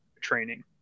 training